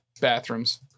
bathrooms